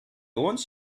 want